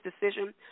decision